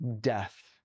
death